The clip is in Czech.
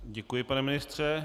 Děkuji, pane ministře.